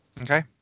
okay